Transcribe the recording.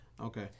Okay